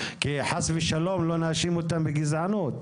כי חס ושלום לא נאשים אותם בגזענות.